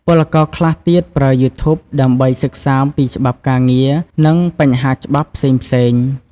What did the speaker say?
ពលករខ្លះទៀតប្រើ YouTube ដើម្បីសិក្សាពីច្បាប់ការងារ និងបញ្ហាច្បាប់ផ្សេងៗ។